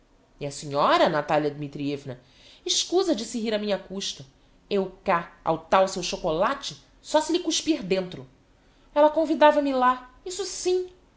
a senhora natalia dmitrievna escusa de se rir á minha custa eu cá ao tal seu chocolate só se lhe cuspir dentro ella convidava me lá isso sim